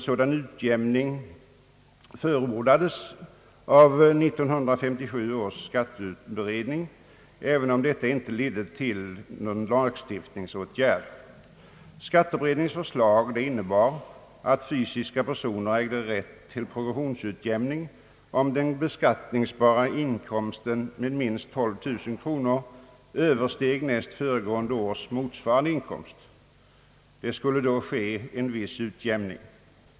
sådan utjämning förordades av 1957 års skatteberedning, även om detta inte ledde till någon lagstiftningsåtgärd. Skatteberedningens förslag innebar att fysiska personer ägde rätt till progressionsutjämning om den beskattningsbara inkomsten med minst 12 000 kronor översteg näst föregående års motsvarande inkomst. Det skulle då ske en viss utjämning.